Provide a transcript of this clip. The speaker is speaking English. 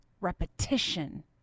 repetition